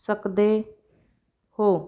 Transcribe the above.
ਸਕਦੇ ਹੋ